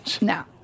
No